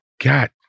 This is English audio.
god